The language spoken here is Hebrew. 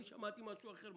אני שמעתי משהו אחר.